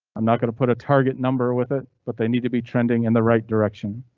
i'm not going to put a target number with it, but they need to be trending in the right direction,